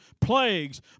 plagues